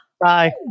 bye